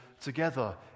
together